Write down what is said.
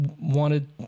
wanted